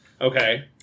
Okay